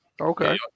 Okay